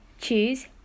choose